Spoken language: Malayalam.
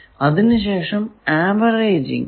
അതിനു ശേഷം ആവറേജിങ് വരുന്നു